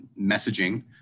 messaging